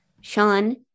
sean